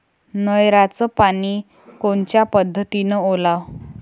नयराचं पानी कोनच्या पद्धतीनं ओलाव?